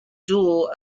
dual